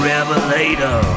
Revelator